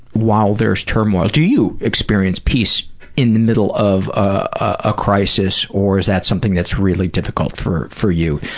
while there's turmoil? do you experience peace in the middle of a crisis or is that something that's really difficult for for you,